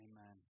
Amen